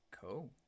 Cool